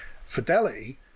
fidelity